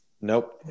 Nope